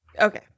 Okay